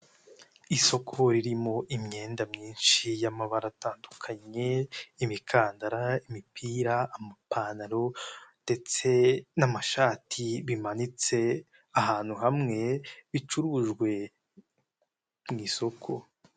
Isoko ririmo imyenda myinshi y'amabara atandukanye, imikandara, imipira, amapantaro, ndetse n'amashati bimanitse ahantu hamwe bicurujwe mu isoko.